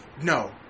No